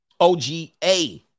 OGA